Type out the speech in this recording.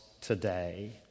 today